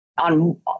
on